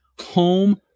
home